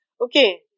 Okay